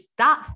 Stop